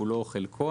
כולו או חלקו,